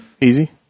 easy